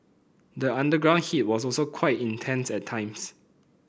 the underground heat was also quite intense at times